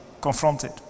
confronted